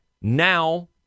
Now